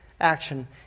action